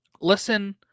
listen